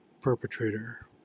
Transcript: perpetrator